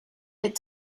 est